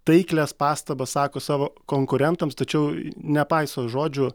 taiklias pastabas sako savo konkurentams tačiau nepaiso žodžių